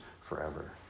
forever